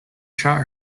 shot